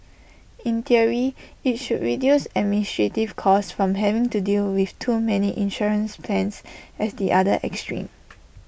in theory IT should reduce administrative costs from having to deal with too many insurance plans as the other extreme